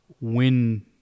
win